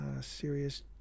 serious